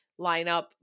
lineup